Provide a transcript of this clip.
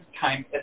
time